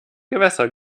gewässer